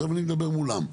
עכשיו אני מדבר מולם.